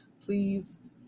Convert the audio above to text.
Please